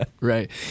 right